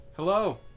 Hello